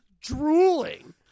drooling